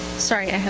sorry. yeah